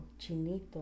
Chinito